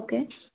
okay